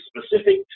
specific